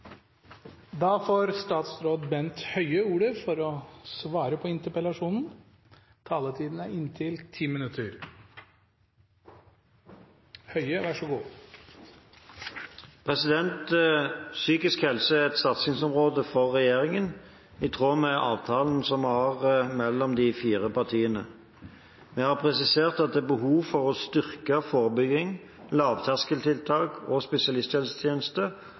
Psykisk helse er et satsingsområde for regjeringen – i tråd med avtalen vi har mellom de fire partiene. Vi har presisert at det er behov for å styrke forebygging, lavterskeltiltak og